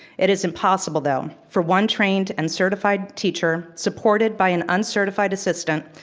it is impossible, though, for one trained and certified teacher, supported by an uncertified assistant,